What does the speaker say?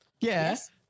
Yes